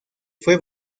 fue